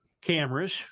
Cameras